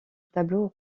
tableau